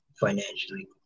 financially